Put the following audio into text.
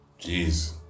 Jeez